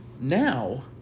now